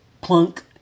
plunk